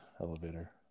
elevator